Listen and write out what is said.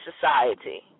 Society